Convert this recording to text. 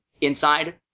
inside